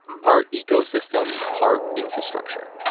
part ecosystem, part infrastructure.